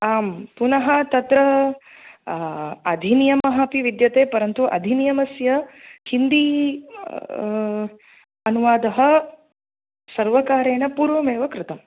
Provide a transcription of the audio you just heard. आम् पुनः तत्र अधिनियमः अपि विद्यते परन्तु अधिनियमस्य हिन्दी अनुवादः सर्वकारेण पूर्वमेव कृतं